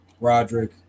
Roderick